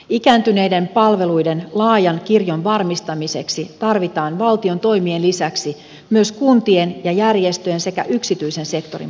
ikääntyneiden palveluiden laajan kirjon varmistamiseksi tarvitaan valtion toimien lisäksi myös kuntien ja järjestöjen sekä yksityisen sektorin panostusta